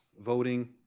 voting